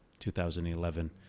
2011